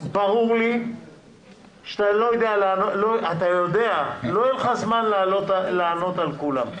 ברור לי שאתה יודע שלא יהיה לך זמן לענות על כולן.